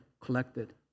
collected